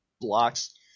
blocks